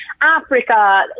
Africa